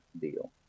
deal